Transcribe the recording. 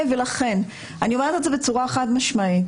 אני אומרת את זה בצורה חד-משמעית.